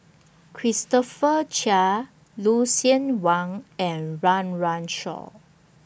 Christopher Chia Lucien Wang and Run Run Shaw